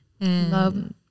Love